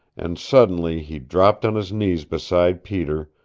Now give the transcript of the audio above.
and suddenly he dropped on his knees beside peter,